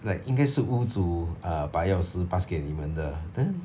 like 应该是屋主 ah 把钥匙 pass 给你们的 then